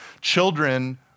children